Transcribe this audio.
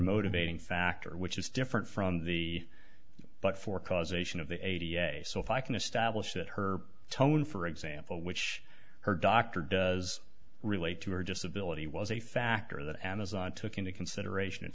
motivating factor which is different from the but for causation of the a t f so if i can establish that her tone for example which her doctor does relate to her disability was a factor that amazon took into consideration